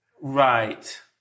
Right